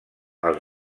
els